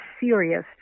serious